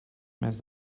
més